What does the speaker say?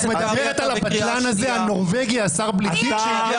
את מדברת על הבטלן הזה הנורווגי השר בלי תיק?